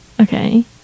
okay